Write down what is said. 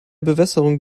bewässerung